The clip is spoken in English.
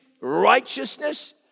righteousness